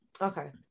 Okay